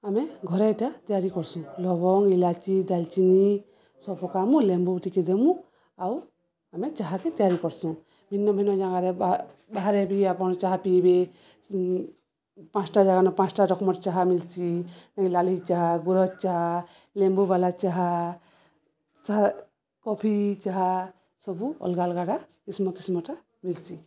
ଆମେ ଘରେ ଏଟା ତିଆରି କରର୍ସୁଁ ଲବଙ୍ଗ ଇଲାଚି ଦାଲଚିନି ସବୁ ପକାମୁ ଲେମ୍ବୁ ଟିକେ ଦେମୁ ଆଉ ଆମେ ଚାହାକେ ତିଆରି କରସୁଁ ଭିନ୍ନ ଭିନ୍ନ ଜାଗାରେ ବାହାରେ ବି ଆପଣ ଚାହା ପିଇବେ ପାଞ୍ଚଟା ଜାଗାନ ପାଞ୍ଚଟା ରକମର ଚାହା ମିଲସି ଇକ ଲାଲି ଚାହା ଗୁରସ ଚାହା ଲେମ୍ବୁବାଲା ଚାହା କଫି ଚାହା ସବୁ ଅଲଗା ଅଲଗାଟା କିସମ କିସମଟା ମିଲ୍ସି